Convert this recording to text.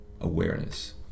awareness